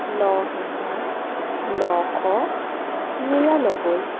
ন হেজাৰ নশ নিৰান্নব্বৈ